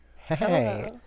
Hey